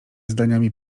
zdaniami